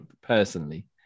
personally